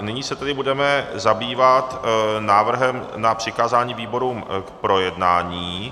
Nyní se tedy budeme zabývat návrhem na přikázání výborům k projednání.